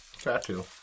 Tattoo